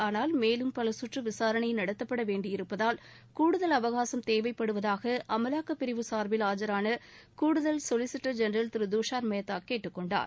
ஆனால் மேலும் பல சுற்று விசாரணை நடத்தப்பட வேண்டியிருப்பதால் கூடுதல் அவகாசம் தேவைப்படுவதாக அமலாக்கப்பிரிவு சார்பில் ஆஜரான கூடுதல் சொலிசிட்டர் ஜென்ரல் திரு துஷார் மேத்தா கேட்டுக் கொண்டார்